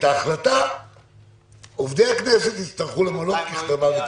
את ההחלטה עובדי הכנסת יצטרכו למלא ככתבה וכלשונה.